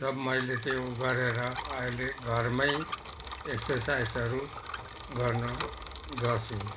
सब मैले त्यो गरेर अहिले घरमै एक्सर्साइसहरू गर्ने गर्छु